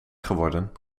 geworden